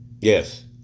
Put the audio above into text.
Yes